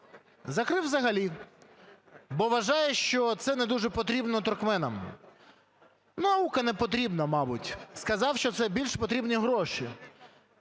Закрив взагалі, бо вважає, що це не дуже потрібно туркменам. Наука не потрібна, мабуть. Сказав, що це більш потрібні гроші.